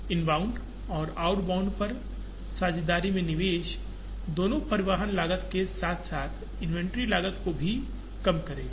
inbound और outbound पर साझेदारी में निवेश दोनों परिवहन लागत के साथ साथ इन्वेंट्री लागत को भी कम करेगा